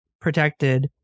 protected